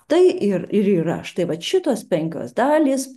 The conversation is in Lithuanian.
tai ir ir yra štai vat šitos penkios dalys